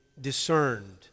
discerned